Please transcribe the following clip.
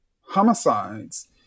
homicides